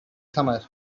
summer